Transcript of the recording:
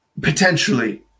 Potentially